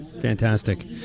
Fantastic